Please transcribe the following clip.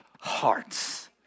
hearts